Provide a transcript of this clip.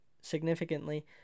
significantly